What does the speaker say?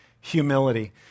humility